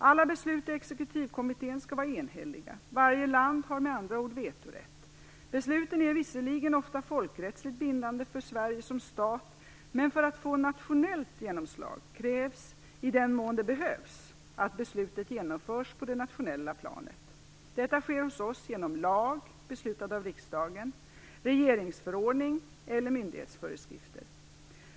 Alla beslut i exekutivkommittén skall vara enhälliga. Varje land har med andra ord vetorätt. Besluten är visserligen ofta folkrättsligt bindande för Sverige som stat, men för att få nationellt genomslag - i den mån det behövs - krävs att beslutet genomförs på det nationella planet. Detta sker hos oss genom lag beslutad av riksdagen, regeringsförordning eller myndighetsföreskrifter.